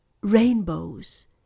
rainbows